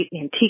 Antique